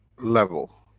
level,